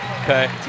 Okay